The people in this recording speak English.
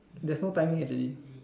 there's no timing already